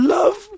Love